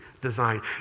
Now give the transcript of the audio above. design